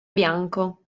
bianco